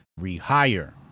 rehire